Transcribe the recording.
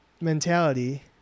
mentality